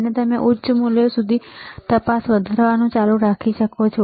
અને તમે ઉચ્ચ મૂલ્યો સુધી તપાસ વધારવાનું ચાલુ રાખી શકો છો